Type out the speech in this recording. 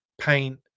paint